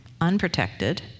unprotected